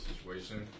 situation